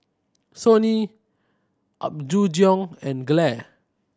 Sony Apgujeong and Gelare